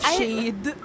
shade